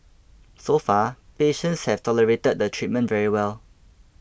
so far patients have tolerated the treatment very well